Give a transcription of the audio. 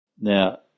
Now